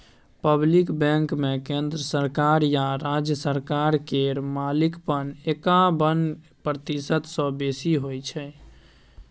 public बैंकमे केंद्र सरकार या राज्य सरकार केर मालिकपन एकाबन प्रतिशत सँ बेसी होइ छै